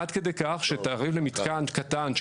עד כדי כך שתעריף למתקן קטן,